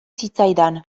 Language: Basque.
zitzaidan